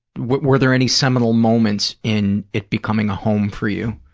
were there any seminal moments in it becoming a home for you?